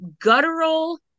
guttural